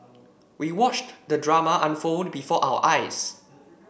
we watched the drama unfold before our eyes